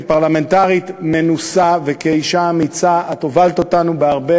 כפרלמנטרית מנוסה וכאישה אמיצה את הובלת אותנו בהרבה